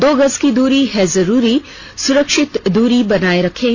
दो गज की दूरी है जरूरी सुरक्षित दूरी बनाए रखें